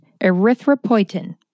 erythropoietin